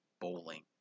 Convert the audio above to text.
bowling